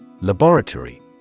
Laboratory